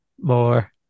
more